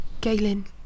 Galen